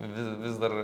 vi vis dar